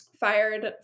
Fired